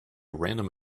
random